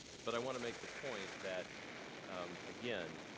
but i want to make the point that again,